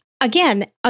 Again